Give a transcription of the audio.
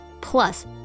plus